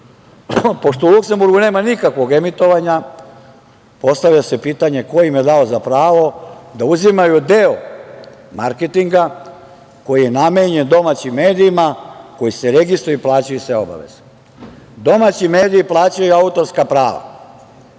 u Luksenburgu nema nikakvog emitovanja postavlja se pitanje ko im je dao za pravo da uzimaju deo marketinga koji je namenjen domaćim medijima, koji se registruje i plaćaju se obaveze? Domaći mediji plaćaju autorska prava.